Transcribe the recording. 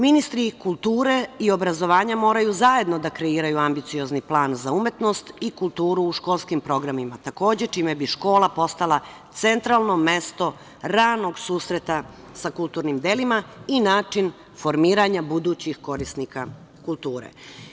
Ministri kulture i obrazovanja moraju zajedno da kreiraju ambiciozni plan za umetnost i kulturu u školskim programima, takođe čime bi škola postala centralno mesto ranog susreta sa kulturnim delima i način formiranja budućih korisnika kulture.